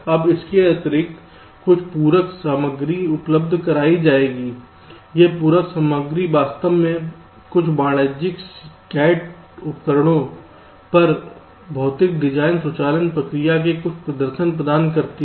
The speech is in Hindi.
अब इसके अतिरिक्त कुछ पूरक सामग्री उपलब्ध कराई जाएगी यह पूरक सामग्री वास्तव में कुछ वाणिज्यिक CAD उपकरणों पर भौतिक डिजाइन स्वचालन प्रक्रिया के कुछ प्रदर्शन प्रदान करती है